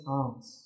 arms